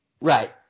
Right